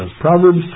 Proverbs